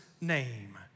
name